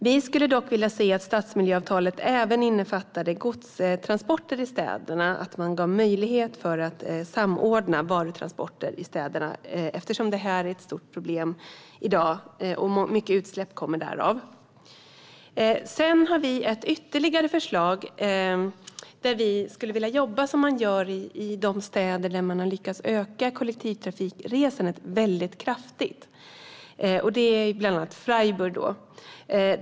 Vi skulle dock vilja se att stadsmiljöavtalet även innefattar godstransporter i städerna och att man ger möjlighet till samordning av varutransporter i städerna, eftersom detta är ett stort problem i dag och orsakar mycket utsläpp. Vänsterpartiet har ytterligare ett förslag om att jobba som man gör i de städer där man har lyckats öka kollektivtrafikresandet mycket kraftigt, bland annat Freiburg.